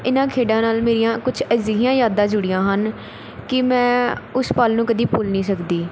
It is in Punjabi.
ਇਹਨਾਂ ਖੇਡਾਂ ਨਾਲ਼ ਮੇਰੀਆਂ ਕੁਝ ਅਜਿਹੀਆਂ ਯਾਦਾਂ ਜੁੜੀਆਂ ਹਨ ਕਿ ਮੈਂ ਉਸ ਪਲ ਨੂੰ ਕਦੀ ਭੁੱਲ ਨਹੀਂ ਸਕਦੀ